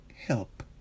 Help